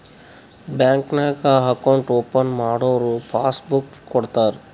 bank ನಾಗ್ account open ಮಾಡುರ್ passbook ಕೊಡ್ತಾರ